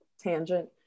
tangent